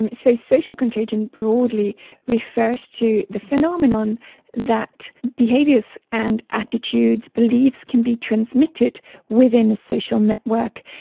and so social contagion broadly refers to the phenomenon that behaviours and attitudes, beliefs, can be transmitted within a social network.